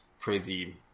crazy